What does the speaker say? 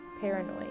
paranoid